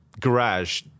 garage